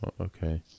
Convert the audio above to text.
okay